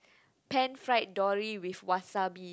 pan fried dory with wasabi